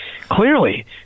clearly